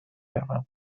روم